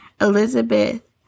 Elizabeth